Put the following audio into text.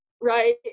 right